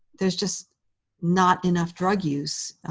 there's just not enough drug use,